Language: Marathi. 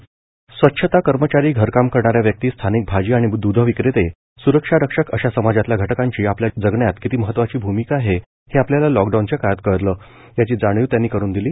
मन की बात स्वच्छता कर्मचारी घरकाम करणाऱ्या व्यक्ती स्थानिक भाजी आणि दूध विक्रेते स्रक्षा रक्षक अशा समाजातल्या घटकांची आपल्या जगण्यात किती महत्वाची भूमिका आहे हे आपल्याला लॉकडाऊनच्या काळात कळलं याची जाणिव त्यांनी करून दिली